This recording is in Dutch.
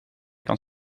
kan